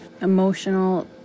emotional